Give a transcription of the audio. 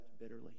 bitterly